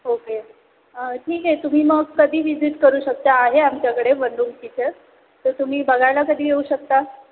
okay ठीक आहे तुम्ही मग कधी विजिट करू शकता आहे आमच्याकडे वनरूम किचन तर तुम्ही बघायला कधी येऊ शकता